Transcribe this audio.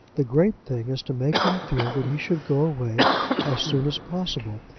the great thing is to make him feel that he should go away as soon as possible,